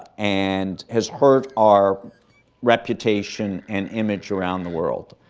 and has hurt our reputation and image around the world.